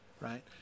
right